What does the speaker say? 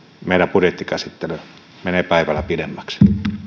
meidän budjettikäsittelymme menee päivällä pidemmäksi